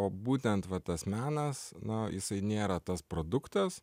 o būtent va tas menas na jisai nėra tas produktas